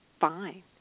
fine